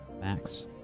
Max